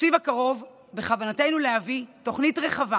בתקציב הקרוב בכוונתנו להביא תוכנית רחבה